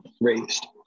raised